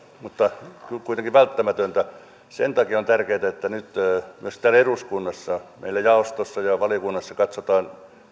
mutta kuitenkin välttämätöntä sen takia on tärkeätä että nyt myös täällä eduskunnassa meillä jaostossa ja valiokunnassa katsotaan